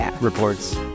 reports